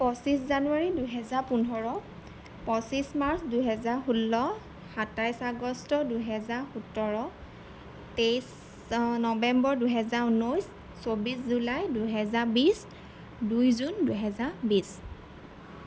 পঁচিছ জানুৱাৰী দুহেজাৰ পোন্ধৰ পঁচিছ মাৰ্চ দুহেজাৰ ষোল্ল সাতাইছ আগষ্ট দুহেজাৰ সোতৰ তেইছ নবেম্বৰ দুহেজাৰ ঊনৈছ চৌবিছ জুলাই দুহেজাৰ বিছ দুই জুন দুহেজাৰ বিছ